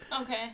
okay